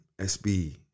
SB